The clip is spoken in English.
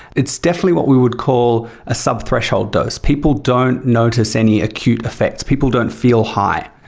it's definitely what we would call a sub-threshold dose. people don't notice any acute effects, people don't feel high.